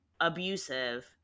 abusive